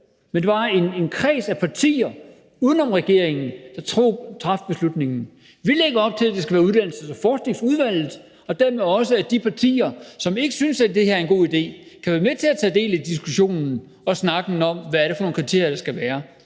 men en kreds af partier uden om regeringen, der traf beslutningen. Vi lægger op til, at det skal være Uddannelses- og Forskningsudvalget, og dermed også at de partier, som ikke synes, at det her er en god idé, kan være med til at tage del i diskussionen og snakken om, hvad det er for nogle kriterier, der skal være.